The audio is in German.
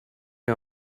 mir